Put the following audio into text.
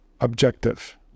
objective